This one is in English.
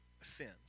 sins